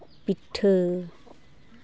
ᱯᱤᱴᱷᱟᱹ